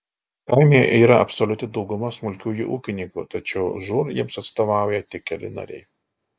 kaime yra absoliuti dauguma smulkiųjų ūkininkų tačiau žūr jiems atstovauja tik keli nariai